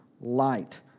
light